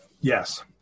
Yes